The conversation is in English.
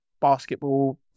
basketball